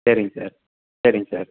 சரிங் சார் சரிங் சார்